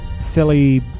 silly